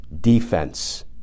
defense